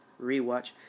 rewatch